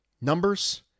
Numbers